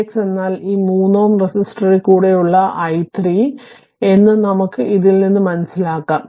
vx എന്നാൽ ഈ 3 Ω റെസിസ്റ്റൻസിൽ കൂടി ഉള്ള i3 എന്നും നമുക്ക് ഇതിൽ നിന്നും മനസിലാക്കാം